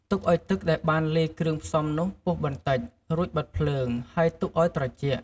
ទុកឲ្យទឹកដែលបានលាយគ្រឿងផ្សំនោះពុះបន្តិច រួចបិទភ្លើង ហើយទុកឲ្យត្រជាក់។